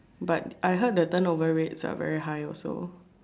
but I heard the turnover rates are very high also